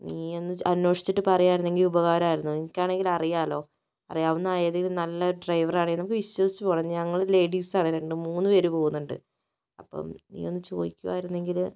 നീ ഒന്ന് അന്വേഷിച്ചിട്ട് പറയുവായിരുന്നു എങ്കിൽ വലിയ ഉപകാരം ആയിരുന്നു അറിയാമല്ലോ നിനക്ക് ആണെങ്കിൽ അറിയാമല്ലോ അറിയാവുന്ന ഏതേലും നല്ല ഡ്രൈവർ ആണേൽ നമുക്ക് വിശ്വസിച്ച് പോകണം ഞങ്ങൾ ലേഡീസ് ആണ് രണ്ട് മൂന്ന് പേര് പോകുന്നുണ്ട് അപ്പം നീ ഒന്ന് ചോദിക്കുവായിരുന്നു എങ്കില്